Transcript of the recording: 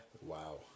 Wow